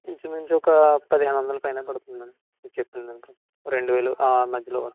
ఇంచుమించు ఒక పదిహేను వందల పైనే పడుతుంది మేడం మీరు చెప్పిన దానికి రెండు వేలు మధ్యలో వస్తుంది